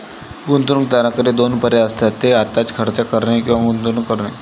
गुंतवणूकदाराकडे दोन पर्याय असतात, ते आत्ताच खर्च करणे किंवा गुंतवणूक करणे